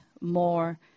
more